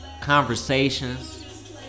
conversations